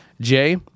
Jay